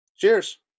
Cheers